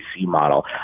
model